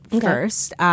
first